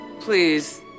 Please